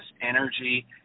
energy